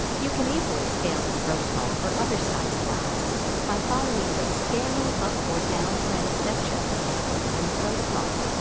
you can easily scale the protocol for other size flasks by following the scaling up or down transfections table in the protocol.